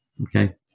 okay